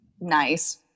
nice